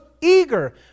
eager